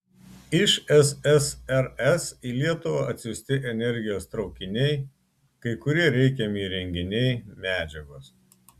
iš ssrs į lietuvą atsiųsti energijos traukiniai kai kurie reikiami įrenginiai medžiagos